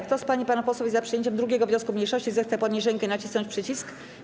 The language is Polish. Kto z pań i panów posłów jest za przyjęciem 2. wniosku mniejszości, zechce podnieść rękę i nacisnąć przycisk.